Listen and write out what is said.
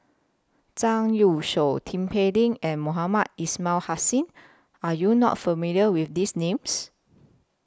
Zhang Youshuo Tin Pei Ling and Mohamed Ismail Hussain Are YOU not familiar with These Names